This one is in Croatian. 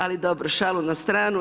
Ali dobro šalu na stranu.